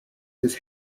his